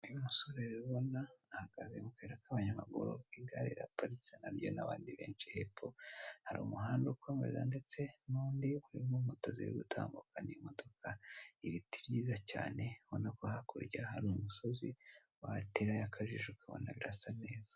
Uyu musore ahagaze mu kayira y'abanyamaguru igare riraparitse hariyo n'abandi benshi hepfo. Hari umuhanda ukomeza ndetse n'undi urimo moto ziri gutambuka n'imodoka, ibiti byiza cyane urabona ko hakurya hari umusozi waterayo akajisho ukabona birasa neza.